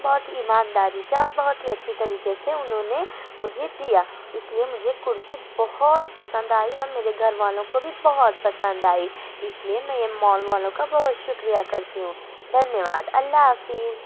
بہت ایمانداری سے اور بہت ہی اچھی طریقے سے انہوں نے مجھے دیا اس لیے مجھے کرتی بہت پسند آئی اور میرے گھر والوں کو بھی بہت پسند آئی اس لیے میں یہ مال والوں کا بہت شکریہ کرتی ہوں دھنیہ واد اللہ حافظ